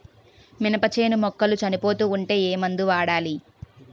మినప చేను మొక్కలు చనిపోతూ ఉంటే ఏమందు వాడాలి?